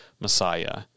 Messiah